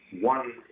one